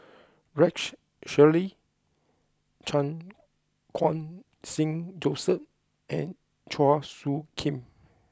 Rex Shelley Chan Khun Sing Joseph and Chua Soo Khim